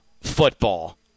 football